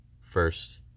first